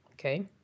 Okay